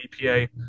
EPA